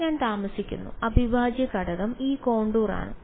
ഞാൻ താമസിക്കുന്നു അവിഭാജ്യഘടകം ഈ കോണ്ടൂർ ആണ്